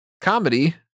Comedy